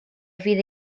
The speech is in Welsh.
fydd